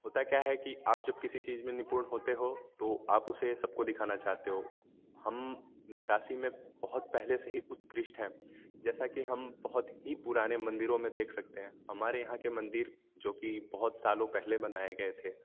होता क्या है कि आप जब किसी चीज़ में निपुण होते हो तो आप उसे सब को दिखाना चाहते हो हम नक्काशी में बहुत पहले से ही उत्कृष्ट हैं जैसा कि हम बहुत ही पुराने मंदिरों में देख सकते हैं हमारे यहाँ के मंदिर जो कि बहुत सालों पहले बनाए गए थे